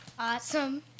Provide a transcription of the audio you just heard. Awesome